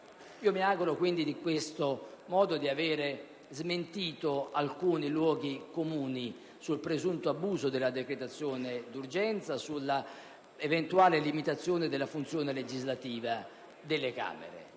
Mi auguro in questo modo di aver smentito alcuni luoghi comuni sul presunto abuso del ricorso alla decretazione d'urgenza e sull'eventuale limitazione della funzione legislativa delle Camere.